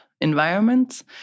environments